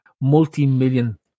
multi-million